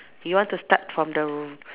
you want to start from the r~